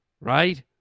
Right